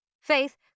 Faith